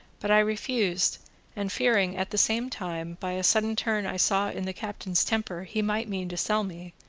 but i refused and fearing, at the same time, by a sudden turn i saw in the captain's temper, he might mean to sell me,